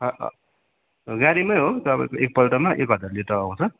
गाडीमै हो तपाईँको एकपल्टमा एक हजार लिटर आउँछ